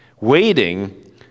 Waiting